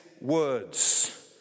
words